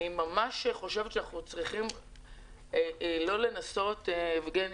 אני חושבת שאנו צריכים לא לנסות, יבגני,